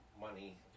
money